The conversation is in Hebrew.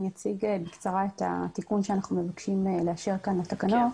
אציג בקצרה את התיקון שאנחנו מבקשים לאשר כאן לתקנות.